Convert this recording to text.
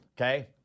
Okay